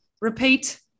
repeat